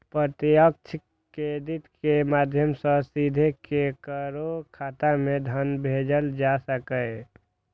प्रत्यक्ष क्रेडिट के माध्यम सं सीधे केकरो खाता मे धन भेजल जा सकैए